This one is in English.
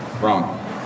Wrong